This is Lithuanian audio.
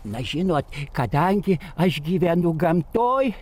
na žinot kadangi aš gyvenu gamtoj